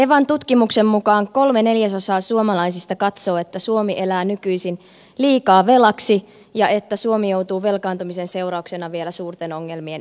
evan tutkimuksen mukaan kolme neljäsosaa suomalaisista katsoo että suomi elää nykyisin liikaa velaksi ja että suomi joutuu velkaantumisen seurauksena vielä suurten ongelmien eteen